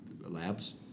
labs